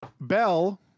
Bell